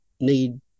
need